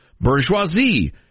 bourgeoisie